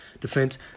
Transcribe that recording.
defense